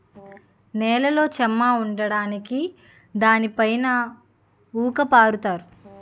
నేలలో చెమ్మ ఉండడానికి దానిపైన ఊక పరుత్తారు